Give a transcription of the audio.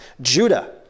Judah